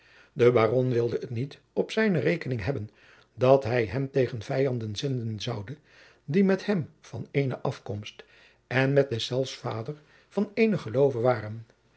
de pleegzoon het niet op zijne rekening hebben dat hij hem tegen vijanden zenden zoude die met hem van ééne afkomst en met deszelfs vader van één geloove waren